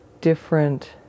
different